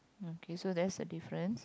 okay so that is a difference